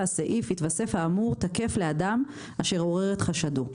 הסעיף יתוסף האמור תקף לאדם אשר עורר את חשדו.